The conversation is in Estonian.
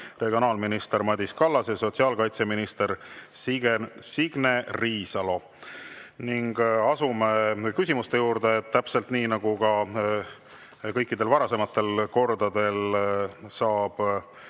regionaalminister Madis Kallas ja sotsiaalkaitseminister Signe Riisalo. Asume küsimuste juurde. Täpselt nii nagu ka kõikidel varasematel kordadel saab